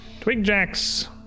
Twigjacks